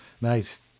nice